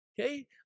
Okay